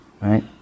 Right